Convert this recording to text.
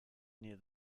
near